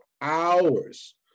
hours